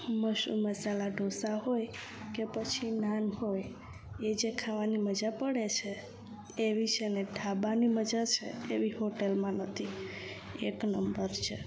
મૈસુર મસાલા ઢોસા હોય કે પછી નાન હોય એ જે ખાવાની મજા પડે છે એવી છે ને ઢાબાની મજા છે તેવી હોટલમાં નથી એક નંબર છે